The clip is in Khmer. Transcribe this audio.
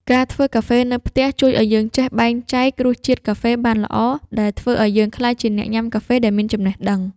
ការធ្វើកាហ្វេនៅផ្ទះជួយឱ្យយើងចេះបែងចែករសជាតិកាហ្វេបានល្អ ដែលធ្វើឱ្យយើងក្លាយជាអ្នកញ៉ាំកាហ្វេដែលមានចំណេះដឹង។